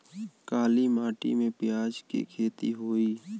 काली माटी में प्याज के खेती होई?